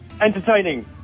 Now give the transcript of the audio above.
entertaining